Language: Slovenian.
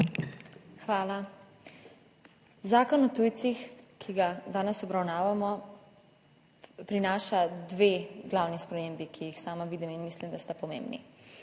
Hvala. Zakon o tujcih, ki ga danes obravnavamo, prinaša dve glavni spremembi, ki jih sama vidim in mislim, da sta pomembni.